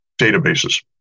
databases